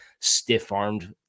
stiff-armed